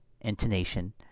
intonation